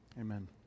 Amen